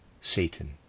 Satan